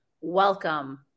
Welcome